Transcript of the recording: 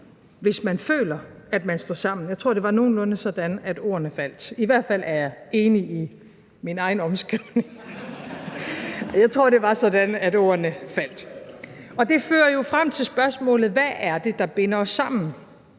hvis man føler, at man står sammen. Jeg tror, det var nogenlunde sådan, at ordene faldt. I hvert fald er jeg enig i min egen omskrivning. Jeg tror, det var sådan, ordene faldt. Det fører jo frem til spørgsmålet: Hvad er det, der binder os sammen,